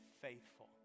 faithful